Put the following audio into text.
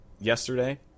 yesterday